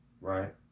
right